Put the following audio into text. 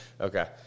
Okay